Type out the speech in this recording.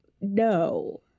No